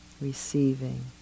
Receiving